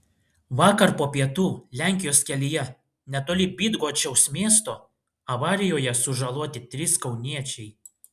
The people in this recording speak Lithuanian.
vakar po pietų lenkijos kelyje netoli bydgoščiaus miesto avarijoje sužaloti trys kauniečiai